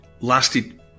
lasted